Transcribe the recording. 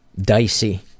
dicey